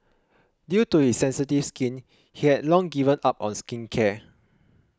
due to his sensitive skin he had long given up on skincare